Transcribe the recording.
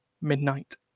midnight